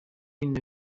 bimwe